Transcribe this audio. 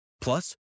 Plus